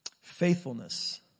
Faithfulness